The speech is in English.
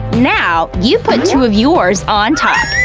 now you put two of yours on top.